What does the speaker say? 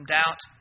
doubt